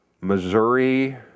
Missouri